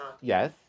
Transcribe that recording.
Yes